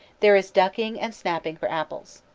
there is ducking and snapping for apples.